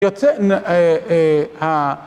יוצא